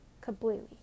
completely